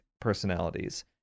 personalities